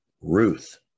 Ruth